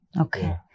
Okay